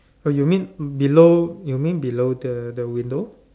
oh you mean below you mean below the the window